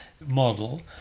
model